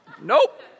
Nope